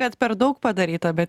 bet per daug padaryta bet